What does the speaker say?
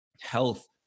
health